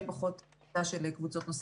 שיהיה פחות ערבוב של קבוצות נוספות.